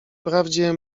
wprawdzie